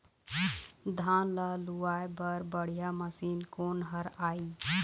धान ला लुआय बर बढ़िया मशीन कोन हर आइ?